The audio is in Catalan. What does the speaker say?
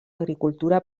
agricultura